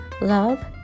love